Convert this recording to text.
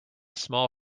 small